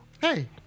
Hey